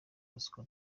ruswa